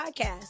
podcast